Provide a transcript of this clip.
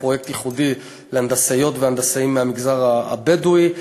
פרויקט ייחודי להנדסאיות והנדסאים מהמגזר הבדואי.